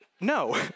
no